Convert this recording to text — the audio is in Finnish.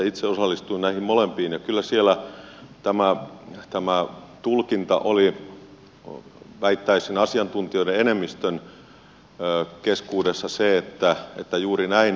itse osallistuin näihin molempiin ja kyllä siellä tulkinta oli väittäisin asiantuntijoiden enemmistön keskuudessa se että juuri näin on